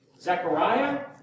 Zechariah